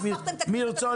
איפה אתם על תת השקעה של עשרות